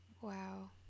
Wow